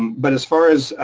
but as far as.